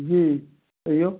जी क़हियौ